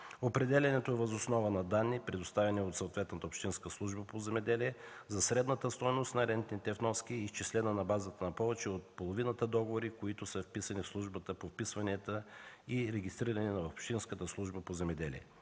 Определянето е въз основа на данни, предоставени от съответната Общинска служба по земеделие. Средната стойност на рентните вноски е изчислена на базата на повече от половината договори, които са вписани в Службата по вписванията и регистрирани в Общинската служба по земеделие.